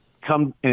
come